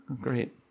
Great